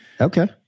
Okay